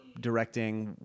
directing